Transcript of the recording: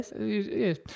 Yes